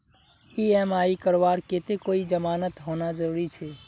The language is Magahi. ई.एम.आई करवार केते कोई जमानत होना जरूरी छे?